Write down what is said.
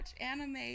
anime